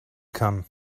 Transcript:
come